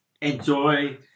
Enjoy